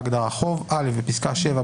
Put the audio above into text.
בהגדרה "חוב" - בפסקה (7),